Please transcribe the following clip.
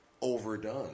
overdone